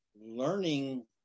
learning